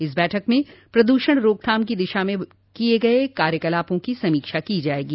इस बैठक में प्रदूषण रोकथाम की दिशा में किए गए कार्यकलापों की समीक्षा की जाएगी